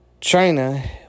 China